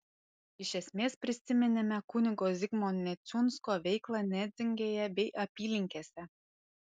iš esmės prisiminėme kunigo zigmo neciunsko veiklą nedzingėje bei apylinkėse